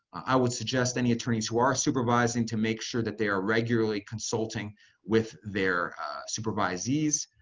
i would suggest any attorneys who are supervising to make sure that they are regularly consulting with their supervisees,